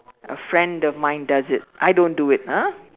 a friend of mine does it I don't do it ah